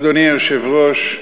אדוני היושב-ראש,